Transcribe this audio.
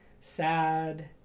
sad